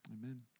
Amen